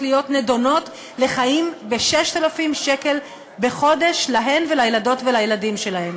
להיות נידונות לחיים ב-6,000 שקל בחודש להן ולילדות ולילדים שלהן?